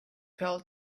fell